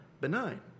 benign